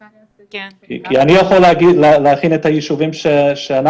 כי אני יכול להכין את היישובים שאני